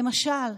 למשל,